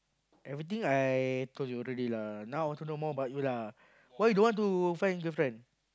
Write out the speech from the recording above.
everything I told you already lah now also no more about you lah why you don't want to find girlfriend